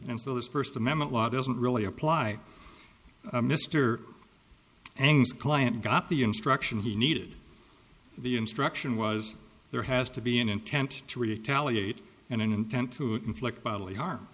and those first amendment law doesn't really apply mr anger client got the instruction he needed the instruction was there has to be an intent to retaliate and an intent to inflict bodily harm